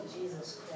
Jesus